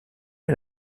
est